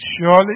Surely